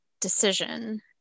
decision